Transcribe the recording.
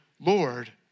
Lord